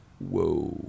whoa